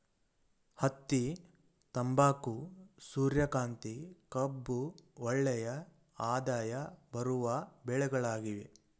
ಹತ್ತಿ, ತಂಬಾಕು, ಸೂರ್ಯಕಾಂತಿ, ಕಬ್ಬು ಒಳ್ಳೆಯ ಆದಾಯ ಬರುವ ಬೆಳೆಗಳಾಗಿವೆ